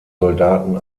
soldaten